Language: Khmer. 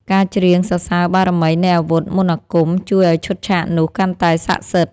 ការច្រៀងសរសើរបារមីនៃអាវុធមន្តអាគម ជួយឱ្យឈុតឆាកនោះកាន់តែសក្ដិសិទ្ធិ។